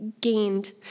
gained